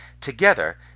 Together